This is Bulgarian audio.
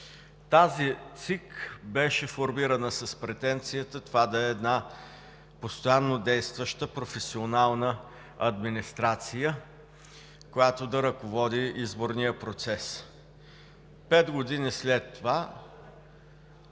Тази ЦИК беше формирана с претенцията това да е една постоянно действаща професионална администрация, която да ръководи изборния процес. Пет години след това